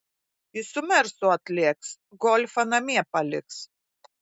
jis su mersu atlėks golfą namie paliks